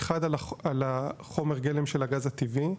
אחד על החומר גלם של הגז הטבעי,